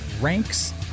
ranks